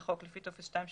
לחוק לפי טופס 2 שבתוספת.